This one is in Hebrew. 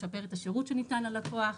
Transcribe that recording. לשפר את השירות שניתן ללקוח,